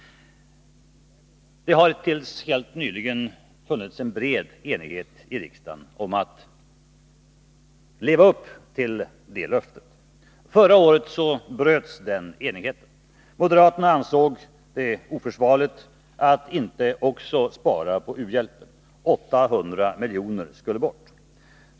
Det har tills helt nyligen funnits en bred enighet i riksdagen om att leva upp till det löftet. Förra året bröts den enigheten. Moderaterna ansåg det oförsvarligt att inte också spara på u-hjälpen. 800 miljoner skulle bort.